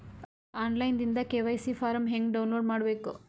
On line ದಿಂದ KYC form download ಹೇಂಗ ಮಾಡಬೇಕು?